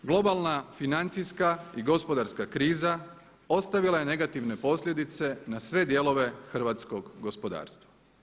Globalna financijska i gospodarska kriza ostavila je negativne posljedice na sve dijelove hrvatskog gospodarstva.